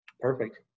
Perfect